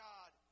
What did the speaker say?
God